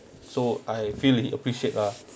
so I feel really appreciate lah